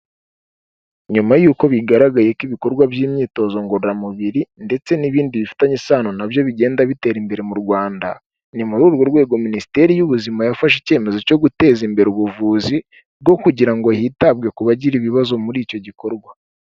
Nyuma y'uko bigaragaye ko ibikorwa by'imyitozo ngororamubiri, ndetse n'ibindi bifitanye isano na byo bigenda bitera imbere mu Rwanda, ni muri urwo rwego minisiteri y'ubuzima yafashe icyemezo cyo guteza imbere ubuvuzi, bwo kugira ngo hitabwe ku bagira ibibazo muri icyo gikorwa.